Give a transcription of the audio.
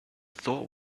thought